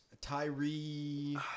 Tyree